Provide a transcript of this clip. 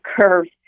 curves